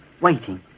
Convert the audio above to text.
waiting